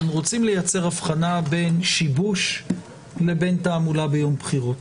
רוצים לייצר הבחנה בין שיבוש לבין תעמולה ביום בחירות.